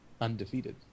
undefeated